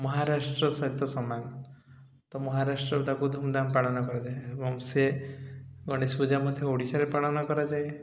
ମହାରାଷ୍ଟ୍ର ସହିତ ସମାନ ତ ମହାରାଷ୍ଟ୍ର ତାକୁ ଧୁମ୍ଧାମ୍ ପାଳନ କରାଯାଏ ଏବଂ ସେ ଗଣେଶ ପୂଜା ମଧ୍ୟ ଓଡ଼ିଶାରେ ପାଳନ କରାଯାଏ